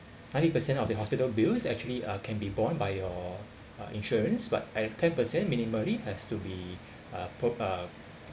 ninety percent of the hospital bills actually uh can be borne by your uh insurance but at ten per cent minimally as to be a prop~ uh